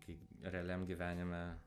kai realiam gyvenime